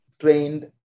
trained